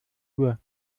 uhr